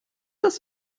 das